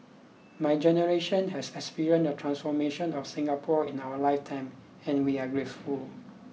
my generation has experienced the transformation of Singapore in our life time and we are grateful